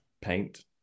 paint